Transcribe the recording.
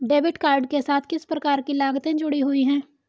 Debit card के साथ किस प्रकार की लागतें जुड़ी हुई हैं?